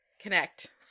connect